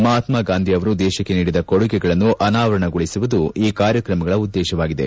ಮಹಾತ್ನಾ ಗಾಂಧಿ ಅವರು ದೇಶಕ್ಕೆ ನೀಡಿದ ಕೊಡುಗೆಗಳನ್ನು ಅನಾವರಣಗೊಳಿಸುವುದು ಈ ಕಾರ್ಯಕ್ರಮಗಳ ಉದ್ದೇಶವಾಗಿದೆ